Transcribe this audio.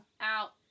Out